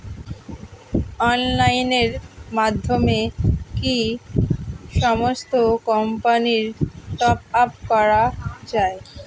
অনলাইনের মাধ্যমে কি সমস্ত কোম্পানির টপ আপ করা যায়?